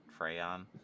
Freyon